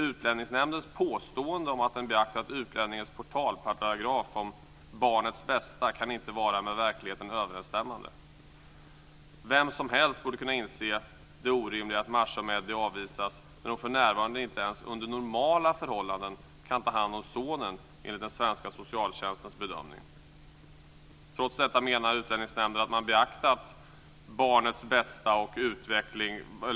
Utlänningsnämndens påstående om att den beaktat utlänningslagens portalparagraf om barnets bästa kan inte vara med verkligheten överensstämmande. Vem som helst borde kunna inse det orimliga i att Masha och Mehdi avvisas när hon för närvarande inte ens under normala förhållanden kan ta hand om sonen enligt den svenska socialtjänstens bedömning. Trots detta menar Utlänningsnämnden att man beaktat barnets bästa och vad barnets utveckling i övrigt kräver.